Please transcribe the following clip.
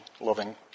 loving